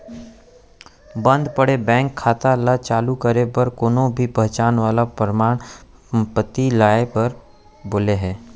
बंद पड़े बेंक खाता ल चालू करे बर कोनो भी पहचान वाला परमान पाती लाए बर बोले हे